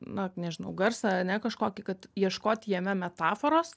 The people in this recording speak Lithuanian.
na nežinau garsą ane kažkokį kad ieškoti jame metaforos